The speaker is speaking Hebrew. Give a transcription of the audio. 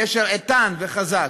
קשר איתן וחזק,